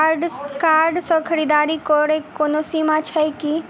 Card सँ खरीददारीक कोनो सीमा छैक की?